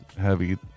heavy